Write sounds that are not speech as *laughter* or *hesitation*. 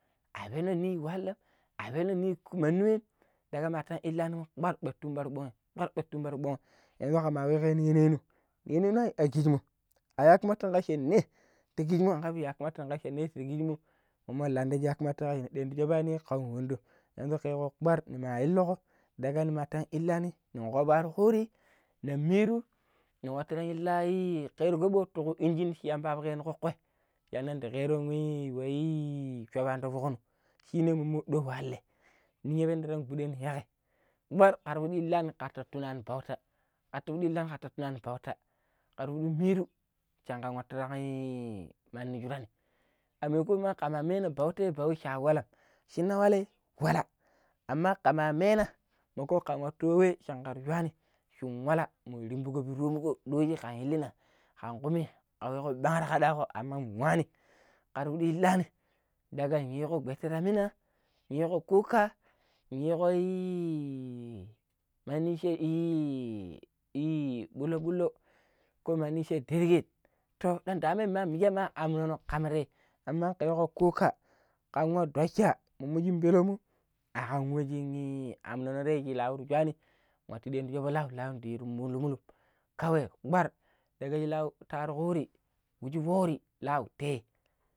﻿Abenonim wallam abenonim ƙo mandi wem daga matan illaani kpar ƙar tumbati ɓongi, kpar ɓar tumba ti ɓonghi, kama wekko shikno na kijimmo, ayu wata cha ne ta kijimmo ayu wala ƙaabi cha ne ta kijimmo mommo lainde yakamata a wata cha ƙan wondo kekko nema kpar ne ma illuku ne matan illinaani nen kovoo nwaru kuri ne miiru nin nwattu tang ilayi ƙoɓo tuku injin shi yamba akkec no kdkkoi shan nan ndan keron we i we i shoovaani ta fok no shine mommo ɗo walai ninyata tang gɓuɗaan yakai kpar kar inlaani ko ta tunaani bautai a mutiɓilang a tunani bauta kar piɗi miru shankan nwattu yu mandi shuranni, a maimakon ma kama mena a bauta kaabu cha awallam shinagole wala aman kama mena kan nwattu nwa we shin kan jurani shin walla mun rimbuko pii tumuko ɗooji kan illina kan nwa ɓang ta koɗoɗo aman nwani kar piɗi illana daga yiiko ibette ta mina yriko kuka yiiko *hesitation* mandi chi *hesitation* ɓullo-ɓullo ko mandi sha derket to nan daman ma mijeman kan awuno kamre nwekko kuka kan ɗusha mommo shin peleu mo akan we shi i am nonoshi lan ta cuani nwattu shubu lau yu mul-mulum ɓar kpat lan ta nwaru kuri wuji foori lau tei.